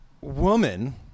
woman